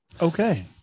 okay